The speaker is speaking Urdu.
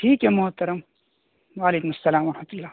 ٹھیک ہے محترم وعلیکم السلام ورحمتہ اللّہ